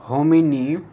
hominy